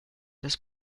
das